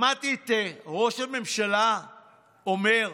שמעתי את ראש הממשלה אומר: